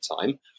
time